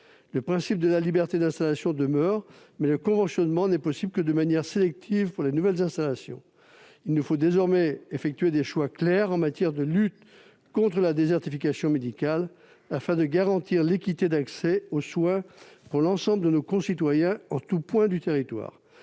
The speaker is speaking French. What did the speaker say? Le principe de la liberté d'installation demeurera, mais le conventionnement ne sera possible que de manière sélective pour les nouvelles installations. Il nous faut désormais effectuer des choix clairs en matière de lutte contre la désertification médicale, afin de garantir l'équité d'accès aux soins pour l'ensemble de nos concitoyens, en tous points du territoire.